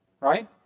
Right